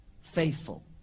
faithful